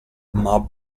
mob